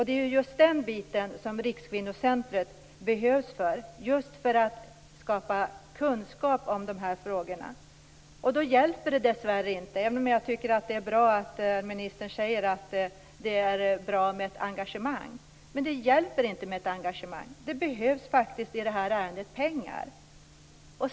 Det är för detta som Rikskvinnocentrum behövs, dvs. skapa kunskap om frågorna. Då hjälper det dessvärre inte med ett engagemang - även om ministern säger att det är bra med ett engagemang. Det behövs faktiskt pengar.